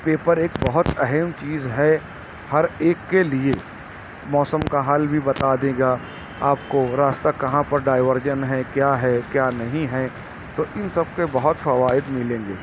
paper ایک بہت اہم چیز ہے ہر ایک کے لیے موسم کا حال بھی بتا دے گا آپ کو راستہ کہاں پر ڈائیورجن ہے کیا ہے کیا نہیں ہے تو ان سب کے بہت فوائد ملیں گے